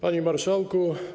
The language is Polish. Panie Marszałku!